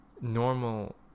normal